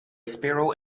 sparrow